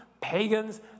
pagans